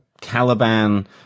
Caliban